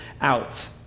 out